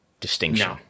distinction